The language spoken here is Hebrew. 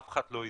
אף אחד לא ידע.